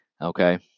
Okay